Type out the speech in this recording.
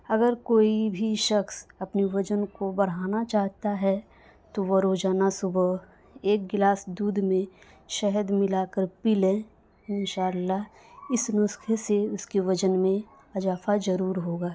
اگر کوئی بھی شخص اپنی وزن کو بڑھانا چاہتا ہے تو وہ روزانہ صبح ایک گلاس دودھ میں شہد ملا کر پی لیں انشاء اللہ اس نسخے سے اس کے وزن میں اضافہ ضرور ہوگا